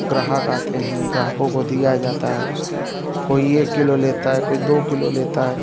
ग्राहक आते हैं ग्राहकों को दिया जाता है कोई एक किलो लेता है कोई दो किलो लेता है